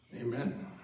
Amen